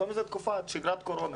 קוראים לזה שגרת קורונה.